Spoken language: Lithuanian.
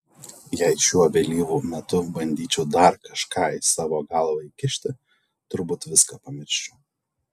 jei šiuo vėlyvu metu bandyčiau dar kažką į savo galvą įkišti turbūt viską pamirščiau